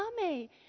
Mummy